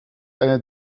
eine